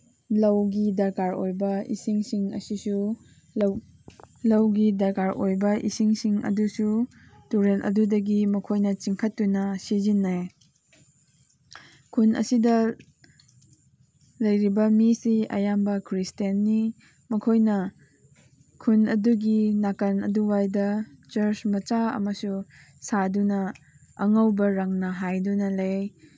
ꯂꯧꯒꯤ ꯗꯔꯀꯥꯔ ꯑꯣꯏꯕ ꯏꯁꯤꯡꯁꯤꯡ ꯑꯁꯤꯁꯨ ꯂꯧ ꯂꯧꯒꯤ ꯗꯔꯀꯥꯔ ꯑꯣꯏꯕ ꯏꯁꯤꯡꯁꯤꯡ ꯑꯗꯨꯁꯨ ꯇꯨꯔꯦꯜ ꯑꯗꯨꯗꯒꯤ ꯃꯈꯣꯏꯅ ꯆꯤꯡꯈꯠꯇꯨꯅ ꯁꯤꯖꯤꯟꯅꯩ ꯈꯨꯟ ꯑꯁꯤꯗ ꯂꯩꯔꯤꯕ ꯃꯤꯁꯤ ꯑꯌꯥꯝꯕ ꯈ꯭ꯔꯤꯁꯇꯦꯟꯅꯤ ꯃꯈꯣꯏꯅ ꯈꯨꯟ ꯑꯗꯨꯒꯤ ꯅꯥꯀꯟ ꯑꯗꯨꯋꯥꯏꯗ ꯆꯔꯆ ꯃꯆꯥ ꯑꯃꯁꯨ ꯁꯥꯗꯨꯅ ꯑꯉꯧꯕ ꯔꯪꯅ ꯍꯥꯏꯗꯨꯅ ꯂꯩ